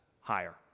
higher